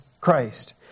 Christ